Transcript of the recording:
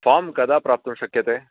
form कदा प्राप्तुं शक्यते